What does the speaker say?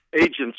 Agents